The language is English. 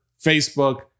Facebook